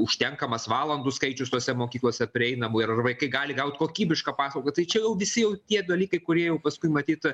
užtenkamas valandų skaičius tose mokyklose prieinamų ir ar vaikai gali gaut kokybišką paslaugą tai čia jau visi jau tie dalykai kurie jau paskui matyt